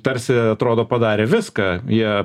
tarsi atrodo padarė viską jie